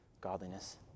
godliness